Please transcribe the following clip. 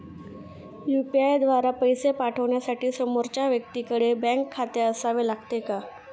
UPI द्वारा पैसे पाठवण्यासाठी समोरच्या व्यक्तीकडे बँक खाते असावे लागते का?